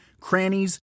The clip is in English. crannies